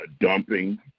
dumping